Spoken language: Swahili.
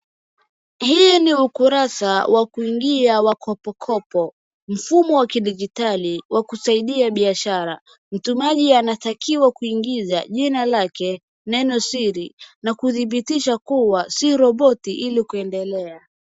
Hii ni ukurasa wa kuingia wa Kopo Kopo. Mfumo wa kidigitali wa kusaidia biashara. Mtumaji anatakiwa kuingiza jina lake, neno siri na kudhibitisha kuwa sii roboti ili kuendelea.